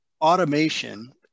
automation